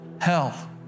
hell